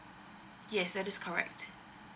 yes that is correct